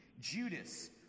Judas